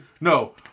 No